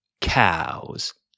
Cows